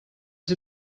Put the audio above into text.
did